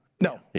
No